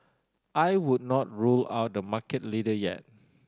I would not rule out the market leader yet